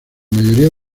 mayoría